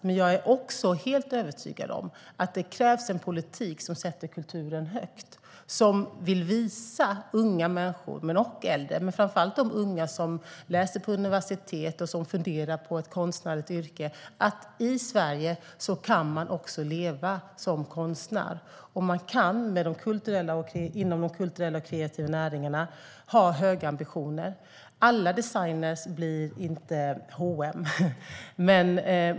Men jag är också helt övertygad om att det krävs en politik som sätter kulturen högt, som vill visa unga och äldre - men framför allt de unga som läser på universitet och funderar på ett konstnärligt yrke - att man i Sverige kan leva som konstnär och kan ha höga ambitioner inom de kulturella och kreativa näringarna. Alla designer blir inte H&M.